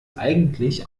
eigentlich